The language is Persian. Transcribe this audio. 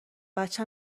بچه